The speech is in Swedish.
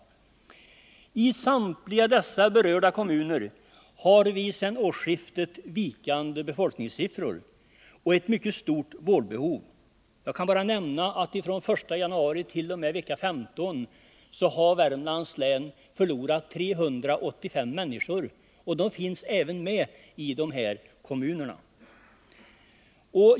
I samtliga dessa kommuner har vi sedan årsskiftet vikande befolkningssiffror och ett mycket stort vårdbehov. Jag kan nämna att Värmlands län från den 1 januarit.o.m. vecka 15 förlorat 385 människor, och de finns även med i de här kommunerna.